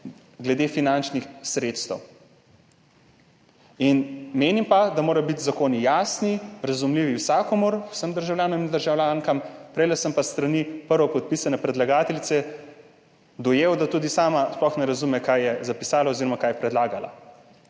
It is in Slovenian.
Glede finančnih sredstev. Menim, da morajo biti zakoni jasni, razumljivi vsakomur, vsem državljanom in državljankam. Prej sem pa s strani prvopodpisane, predlagateljice dojel, da tudi sama sploh ne razume, kaj je zapisala oziroma kaj je predlagala.